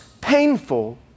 painful